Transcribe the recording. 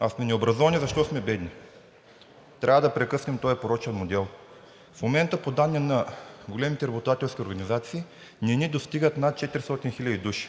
А сме необразовани, защото сме бедни. Трябва да прекъснем този порочен модел. В момента по данни на големите работодателски организации не ни достигат над 400 000 души